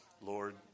Lord